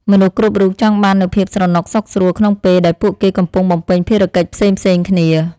មនុស្សគ្រប់រូបចង់បាននូវភាពស្រណុកសុខស្រួលក្នុងពេលដែលពួកគេកំពុងបំពេញភារកិច្ចផ្សេងៗគ្នា។